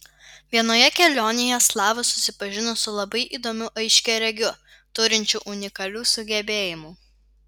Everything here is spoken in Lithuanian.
vienoje kelionėje slava susipažino su labai įdomiu aiškiaregiu turinčiu unikalių sugebėjimų